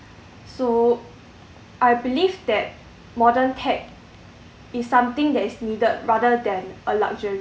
so I believe that modern tech is something that is needed rather than a luxury